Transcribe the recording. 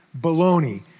baloney